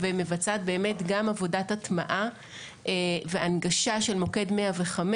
ומבצעת גם עבודת הטמעה והנגשה של מוקד 105,